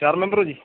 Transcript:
ਚਾਰ ਮੈਂਬਰ ਹੋ ਜੀ